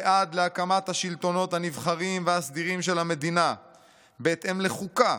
ועד להקמת השלטונות הנבחרים והסדירים של המדינה בהתאם לחוקה